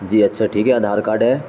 جی اچھا ٹھیک ہے آدھار کارڈ ہے